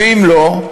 ואם לא,